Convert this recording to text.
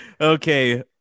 okay